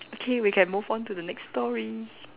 okay we can move on to the next story